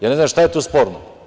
Ja ne znam šta je tu sporno?